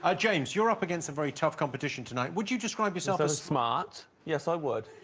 ah james you're up against a very tough competition tonight. would you describe yourself as smart? yes, i would